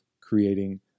creating